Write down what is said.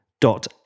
dot